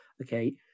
Okay